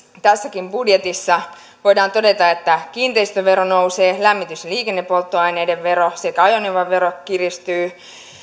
tässäkin budjetissa voidaan todeta että kiinteistövero nousee lämmitys ja liikennepolttoaineiden vero sekä ajoneuvovero kiristyvät